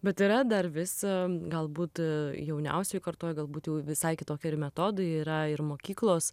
bet yra dar vis galbūt jauniausioj kartoj galbūt jau visai kitokie ir metodai yra ir mokyklos